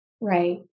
Right